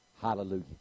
Hallelujah